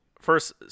first